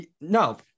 No